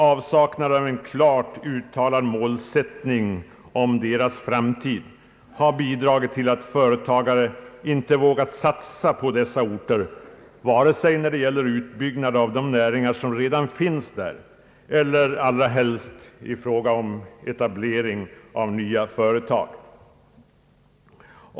Avsaknad av en klart uttalad målsättning om dessa orters framtid har bidragit till att företag inte vågat satsa på dem, vare sig när det gäller utbyggnad av de näringar som redan finns där eller, allra helst, i fråga om etablering av nya företag.